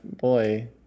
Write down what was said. boy